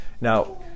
Now